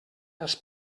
els